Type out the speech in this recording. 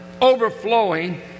overflowing